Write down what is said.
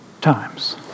times